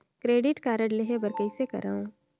Credit card लेहे बर कइसे करव?